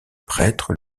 prêtre